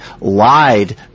lied